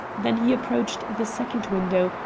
then he approached the second window,